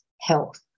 health